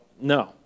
no